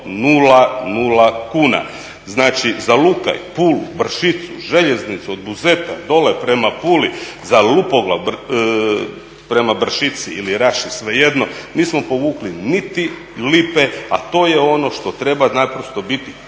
naprosto 0 kuna. Znači, za … od Buzeta dolje prema Puli, za Lupoglav, prema Bršici ili Raši, svejedno, nismo povukli niti lipe, a to je ono što treba naprosto biti